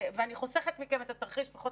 ואני חוסכת מכם את התרחיש - לפחות